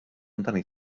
amdani